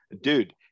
dude